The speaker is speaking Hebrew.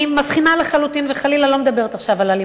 אני מבחינה לחלוטין וחלילה לא מדברת עכשיו על אלימות.